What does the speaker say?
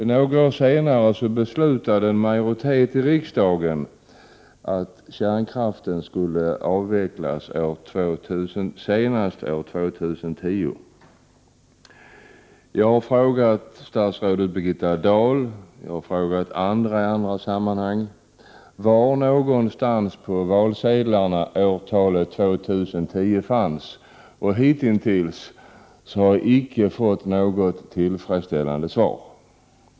Några år senare beslutade riksdagen att kärnkraften skulle avvecklas senast år 2010. Jag har frågat statsrådet Birgitta Dahl, och även andra i olika sammanhang, var någonstans på valsedlarna årtalet 2010 fanns. Jag har hitintills icke fått något tillfredsställande svar.